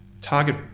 target